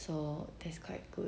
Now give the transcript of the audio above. so that's quite good